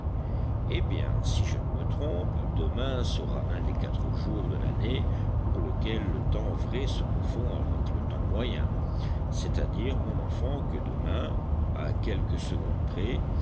eh bien si je ne me trompe demain sera un des quatre jours de l'année pour lequel le temps vrai se confond avec le temps moyen c'est-à-dire mon enfant que demain à quelques secondes près